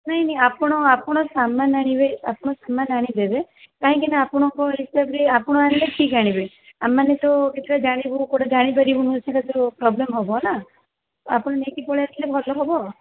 ନାଇଁ ନାଇଁ ଆପଣ ଆପଣ ସାମାନ୍ ଆଣିଦେବେ ଆପଣ ସାମାନ୍ ଆଣି ଦେବେ କାହିଁକି ନା ଆପଣଙ୍କୁ ହିସାବରେ ଆପଣ ଆଣିଲେ ଠିକ୍ ଆଣିବେ ଆମେମାନେ ତ କେତେଟା ଜାଣିବୁ କୋଉଟା ଜାଣି ପାରିବୁନି ସେଇଟା ତ ପ୍ରୋବ୍ଲମ୍ ହେବ ନା ଆପଣ ନେଇକି ପଳେଇ ଆସିଲେ ଭଲ ହେବ